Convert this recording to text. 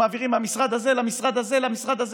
שמעבירים מהמשרד הזה למשרד הזה למשרד הזה